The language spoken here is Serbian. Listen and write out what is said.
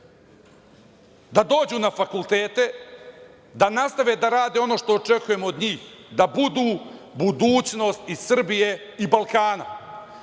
da dođu na fakultete, da nastave da rade ono što očekujemo od njih, da budu budućnost i Srbije i Balkana.